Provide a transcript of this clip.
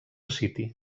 city